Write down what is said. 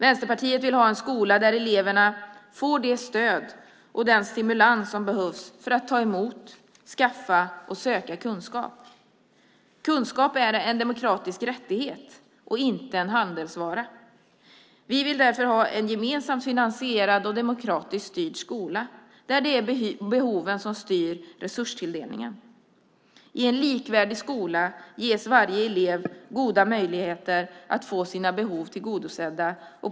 Vänsterpartiet vill ha en skola där eleverna får det stöd och den stimulans som behövs för att ta emot, skaffa och söka kunskap. Kunskap är en demokratisk rättighet och inte en handelsvara. Vi vill därför ha en gemensamt finansierad och demokratiskt styrd skola där det är behoven som styr resurstilldelningen. I en likvärdig skola ges varje elev goda möjligheter att få sina behov tillgodosedda.